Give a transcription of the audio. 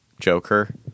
Joker